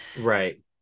Right